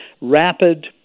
rapid